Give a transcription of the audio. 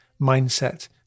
Mindset